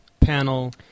panel